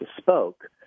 spoke